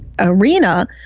Arena